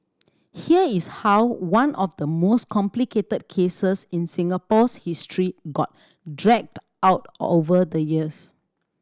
here is how one of the most complicated cases in Singapore's history got dragged out over the years